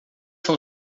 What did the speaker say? são